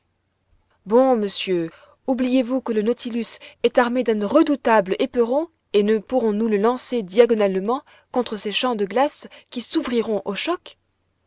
bon monsieur oubliez-vous que le nautilus est armé d'un redoutable éperon et ne pourrons-nous le lancer diagonalement contre ces champs de glace qui s'ouvriront au choc